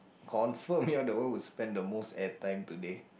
confirm you are the one who spend the most air time today